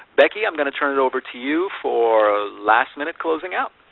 becky, i'm going to turn it over to you, for ah last minute closing out.